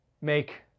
make